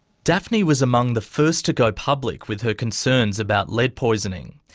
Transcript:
daphne was among the first to go public with her concerns about lead poisoning.